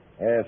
Yes